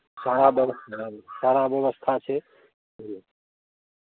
सारा व्यवस्था सारा व्यवस्था छै बुझलियै